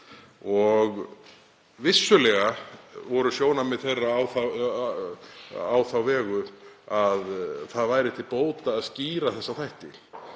Vissulega voru sjónarmið þeirra á þá vegu að það væri til bóta að skýra þessa þætti